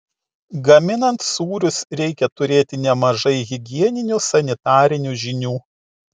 gaminant sūrius reikia turėti nemažai higieninių sanitarinių žinių